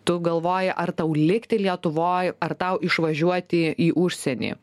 tu galvoji ar tau likti lietuvoj ar tau išvažiuoti į užsienį